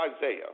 Isaiah